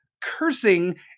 cursing